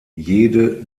jede